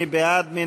מי בעד?